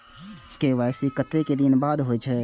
KYC कतेक दिन बाद होई छै?